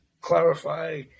clarify